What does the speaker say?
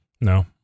No